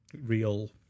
real